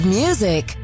music